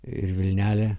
ir vilnelė